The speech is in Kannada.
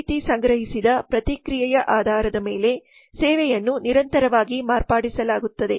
ಈ ರೀತಿ ಸಂಗ್ರಹಿಸಿದ ಪ್ರತಿಕ್ರಿಯೆಯ ಆಧಾರದ ಮೇಲೆ ಸೇವೆಯನ್ನು ನಿರಂತರವಾಗಿ ಮಾರ್ಪಡಿಸಲಾಗುತ್ತದೆ